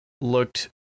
looked